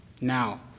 Now